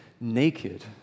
naked